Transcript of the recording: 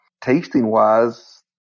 Tasting-wise